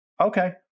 Okay